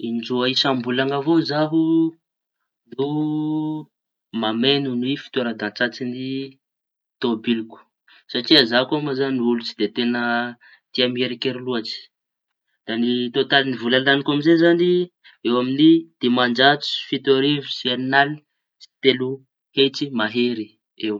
In-droa isam-bolaña avao zaho no mameño ny fitoeran-dasantsiñy tômôbiliko satria za koa moa zañy olo tsy dia teña tia mierikery loatsy. Da ny totaliñy vola lañiko amizay zañy eo amiñy dimanjato sy fito arivo sy eñinali sy telo hetsy mahary eo.